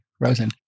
Rosen